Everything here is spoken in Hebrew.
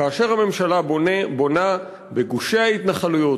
כאשר הממשלה בונה בגושי ההתנחלויות,